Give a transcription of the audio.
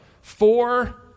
four